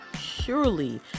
surely